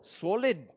solid